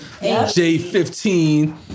J15